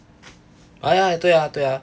oh ya 对啊对啊